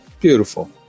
beautiful